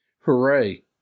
Hooray